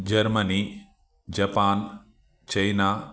Germany Japan China